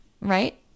right